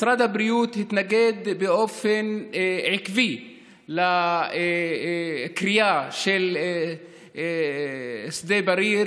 משרד הבריאות התנגד באופן עקיב לכרייה בשדה בריר